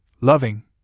loving